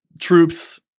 troops